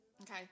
Okay